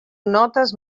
notes